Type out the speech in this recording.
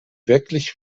wirklich